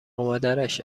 مادرش